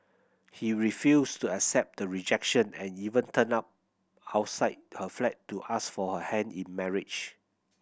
he refused to accept the rejection and even turned up outside her flat to ask for her hand in marriage